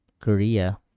Korea